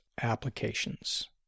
applications